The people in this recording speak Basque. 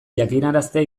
jakinaraztea